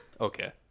Okay